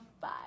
bye